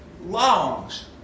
longs